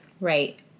right